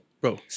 Bro